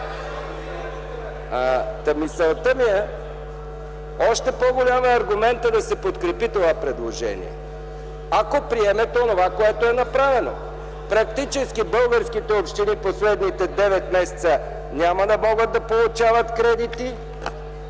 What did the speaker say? Та мисълта ми е – още по-голям е аргументът да се подкрепи това предложение, ако приемете онова, което е направено. Практически българските общини в последните 9 месеца няма да могат да получават кредити,